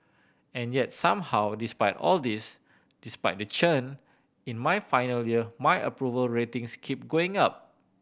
and yet somehow despite all this despite the churn in my final year my approval ratings keep going up